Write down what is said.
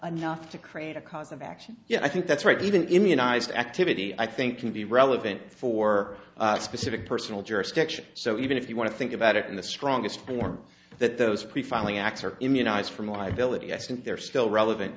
enough to create a cause of action yes i think that's right even immunized activity i think can be relevant for a specific personal jurisdiction so even if you want to think about it in the strongest form that those pre filing acts are immunized from liability accident they're still relevant